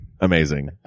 Amazing